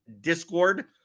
Discord